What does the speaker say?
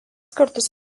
kartus